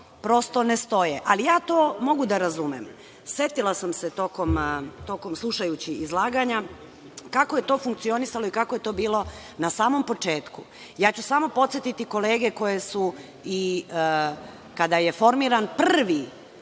prosto, ne stoje. Ali, ja to mogu da razumem. Setila sam se slušajući izlaganja kako je to funkcionisalo i kako je to bilo na samom početku. Samo ću podsetiti kolege koje su i kada je formiran prvi